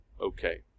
okay